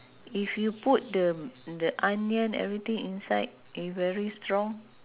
if you put the the onion everything inside if very strong